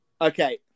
Okay